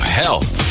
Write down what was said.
health